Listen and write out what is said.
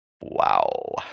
Wow